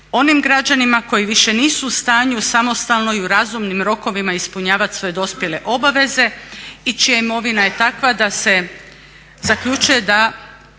onim građanima koji više nisu u stanju samostalno i u razumnim rokovima ispunjavati svoje dospjele obaveze i čija imovina je takva da se zaključuje da